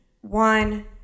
One